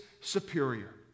superior